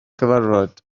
cyfarfod